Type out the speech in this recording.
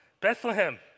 Bethlehem